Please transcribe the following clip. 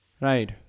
right